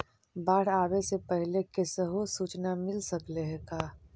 बाढ़ आवे से पहले कैसहु सुचना मिल सकले हे का?